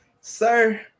Sir